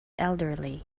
elderly